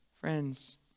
Friends